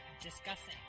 discussing